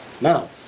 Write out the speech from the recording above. now